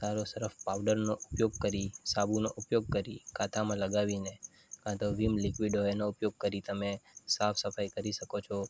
સારો સર્ફ પાઉડરનો ઉપયોગ કરી સાબુનો ઉપયોગ કરી કાથામાં લગાવીને કાં તો વીમ લિક્વિડ હોય એનો ઉપયોગ કરી તમે સાફ સફાઈ કરી શકો છો